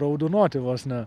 raudonuoti vos ne